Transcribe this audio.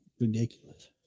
ridiculous